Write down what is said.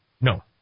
No